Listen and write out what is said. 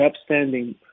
upstanding